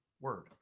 word